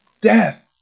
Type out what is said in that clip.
death